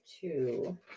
two